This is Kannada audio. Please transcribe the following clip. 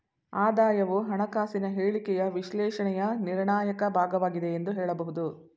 ಆದಾಯವು ಹಣಕಾಸಿನ ಹೇಳಿಕೆಯ ವಿಶ್ಲೇಷಣೆಯ ನಿರ್ಣಾಯಕ ಭಾಗವಾಗಿದೆ ಎಂದು ಹೇಳಬಹುದು